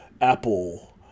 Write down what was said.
Apple